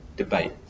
debate